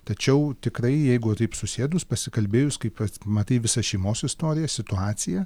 tačiau tikrai jeigu taip susėdus pasikalbėjus kai pats matai visą šeimos istoriją situaciją